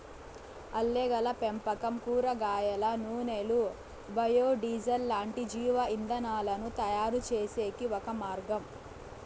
ఆల్గేల పెంపకం కూరగాయల నూనెలు, బయో డీజిల్ లాంటి జీవ ఇంధనాలను తయారుచేసేకి ఒక మార్గం